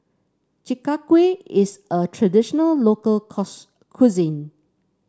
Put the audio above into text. Chi Kak Kuih is a traditional local cuisine